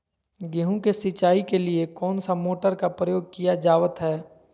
गेहूं के सिंचाई के लिए कौन सा मोटर का प्रयोग किया जावत है?